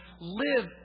live